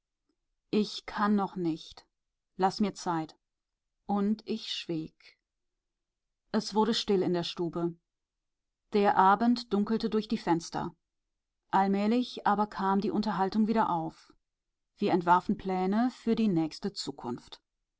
ich kann noch nicht laß mir zeit und ich schwieg es wurde still in der stube der abend dunkelte durch die fenster allmählich aber kam die unterhaltung wieder auf wir entwarfen pläne für die nächste zukunft